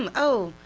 and oh,